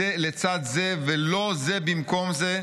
זה לצד זה ולא זה במקום זה,